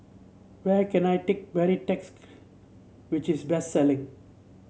Where can I take Baritex which is best selling